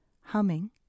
Humming